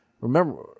remember